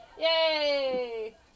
Yay